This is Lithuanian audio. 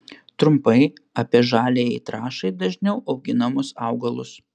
trumpai apie žaliajai trąšai dažniau auginamus augalus